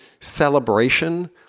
celebration